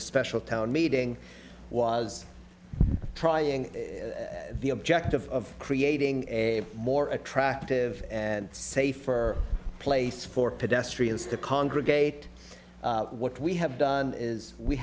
the special town meeting was trying the object of creating a more attractive and safer place for pedestrians to congregate what we have done is we